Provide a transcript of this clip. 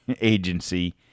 agency